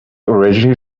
originally